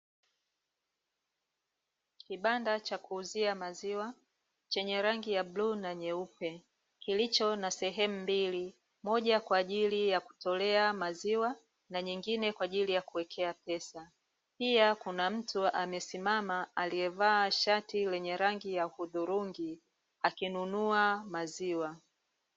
Kibanda cha kuuzia maziwa chenye rangi ya bluu na nyeupe, kilicho na sehemu mbili, moja kwa ajili ya kutolea maziwa na nyingine kwa ajili ya kuwekea pesa, pia kuna mtu amesimama aliyevaa shati lenye rangi ya udhurungi akinunua maziwa.